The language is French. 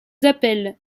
appelle